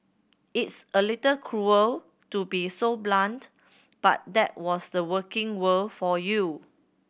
it's a little cruel to be so blunt but that was the working world for you